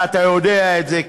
ואתה יודע את זה,